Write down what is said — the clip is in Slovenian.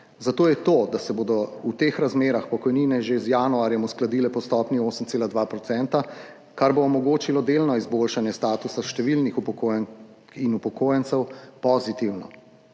Zato je to, da se bodo v teh razmerah pokojnine že z januarjem uskladile po stopnji 8,2 %, kar bo omogočilo delno izboljšanje statusa številnih upokojenk in upokojencev, pozitivno.